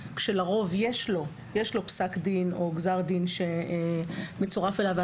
שלרוב יש לו פסק דין או גזר דין שמצורף אליו,